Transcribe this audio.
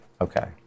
Okay